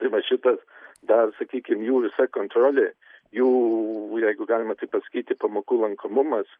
tai va šitas dar sakykim jų visa kontrolė jų jeigu galima taip pasakyti pamokų lankomumas